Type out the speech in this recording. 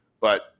but-